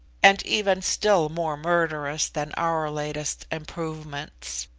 and even still more murderous than our latest improvements.